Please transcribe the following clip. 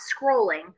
scrolling